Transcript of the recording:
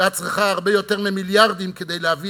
שאת צריכה הרבה יותר ממיליארדים כדי להביא